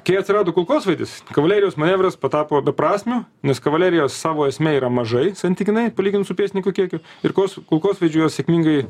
kai atsirado kulkosvaidis kavalerijos manevras patapo beprasmiu nes kavalerijos savo esmė yra mažai santykinai palygint su pėstininkų kiekiu ir kos kulkosvaidžiu juos sėkmingai